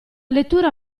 lettura